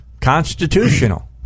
constitutional